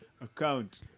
account